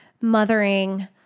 mothering